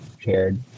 shared